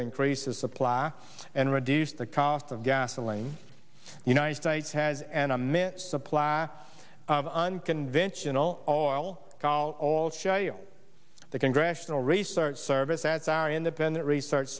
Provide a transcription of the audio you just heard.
to increase the supply and reduce the cost of gasoline united states has an immense supply of unconventional oil called show you the congressional research service that's our independent research